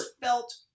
felt